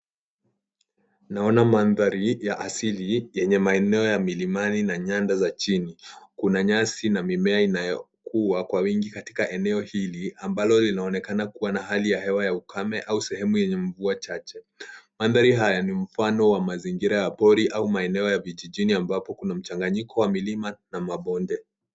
Naona mandhari ya asili yenye maeneo ya milimani na nyanda za chini. Kuna nyasi na mimea inayokua kwa wingi katika eneo hili ambalo linaonekana kuwa na hali ya hewa ya ukame au sehemu yenye mvua chache. Mandhari haya ni mfano wa mazingira ya pori au maeneo ya vijijini ambapo kuna mchanganyiko wa milima na mabonde.